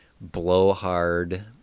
blowhard